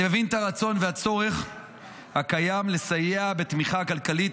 אני מבין את הרצון והצורך הקיים לסייע בתמיכה כלכלית